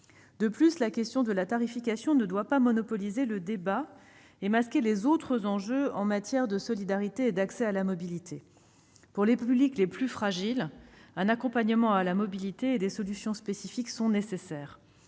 De plus, la question de la tarification ne doit pas monopoliser le débat et masquer les autres enjeux en matière de solidarité et d'accès à la mobilité. Pour les publics les plus fragiles, un accompagnement à la mobilité et des solutions spécifiques sont nécessaires.